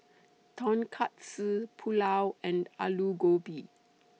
Tonkatsu Pulao and Alu Gobi